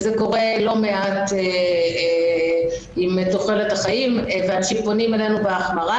וזה קורה לא מעט עם תוחלת החיים ואנשים פונים אלינו במקרה של החמרה.